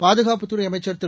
பாதுகாப்பு துறை அமைச்சர் திரு